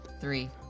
Three